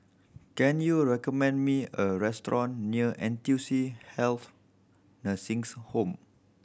can you recommend me a restaurant near N T U C Health Nursing Home